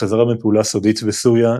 בחזרה מפעולה סודית בסוריה,